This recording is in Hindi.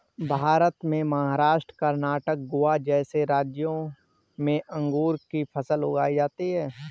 भारत में महाराष्ट्र, कर्णाटक, गोवा जैसे राज्यों में अंगूर की फसल उगाई जाती हैं